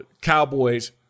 Cowboys